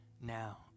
now